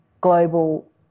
global